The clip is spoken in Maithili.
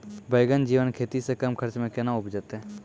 बैंगन जैविक खेती से कम खर्च मे कैना उपजते?